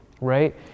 right